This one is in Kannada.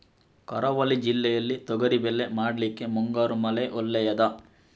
ಕರಾವಳಿ ಜಿಲ್ಲೆಯಲ್ಲಿ ತೊಗರಿಬೇಳೆ ಮಾಡ್ಲಿಕ್ಕೆ ಮುಂಗಾರು ಮಳೆ ಒಳ್ಳೆಯದ?